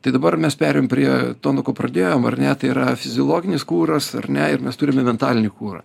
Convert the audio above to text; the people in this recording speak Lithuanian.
tai dabar mes perėjom prie to nuo ko pradėjom ar ne tai yra fiziologinis kuras ar ne ir mes turime mentalinį kurą